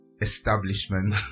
establishment